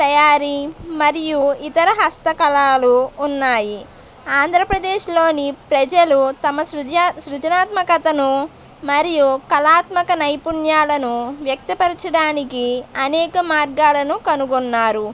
తయారీ మరియు ఇతర హస్తకళలు ఉన్నాయి ఆంధ్రప్రదేశ్లోని ప్రజలు తమ సృజ సృజనాత్మకతను మరియు కళాత్మక నైపుణ్యాలను వ్యక్తపరచడానికి అనేక మార్గాలను కనుగొన్నారు